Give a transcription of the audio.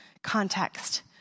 context